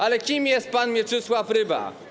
Ale kim jest pan Mieczysław Ryba?